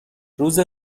روز